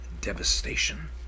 devastation